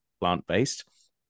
plant-based